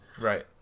Right